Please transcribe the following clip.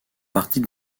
partie